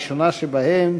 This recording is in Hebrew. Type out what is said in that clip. הראשונה שבהן,